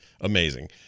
amazing